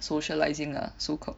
socializing lah so called